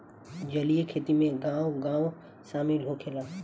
जलीय खेती में गाँव गाँव शामिल होखेला